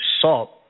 salt